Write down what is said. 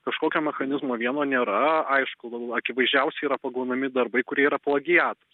kažkokio mechanizmo vieno nėra aišku akivaizdžiausiai yra pagaunami darbai kurie yra plagiatas